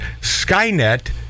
Skynet